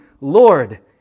Lord